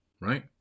right